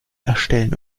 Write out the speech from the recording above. erstellen